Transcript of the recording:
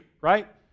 right